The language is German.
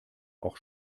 auch